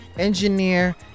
Engineer